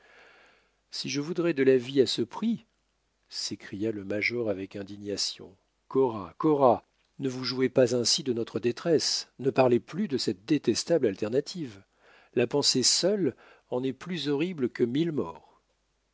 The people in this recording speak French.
si je voudrais de la vie à ce prix s'écria le major avec indignation cora cora ne vous jouez pas ainsi de notre détresse ne parlez plus de cette détestable alternative la pensée seule en est plus horrible que mille morts